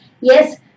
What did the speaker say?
yes